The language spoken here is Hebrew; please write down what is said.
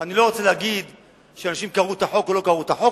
אני לא רוצה להגיד אם אנשים קראו את החוק או לא קראו את החוק,